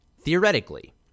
theoretically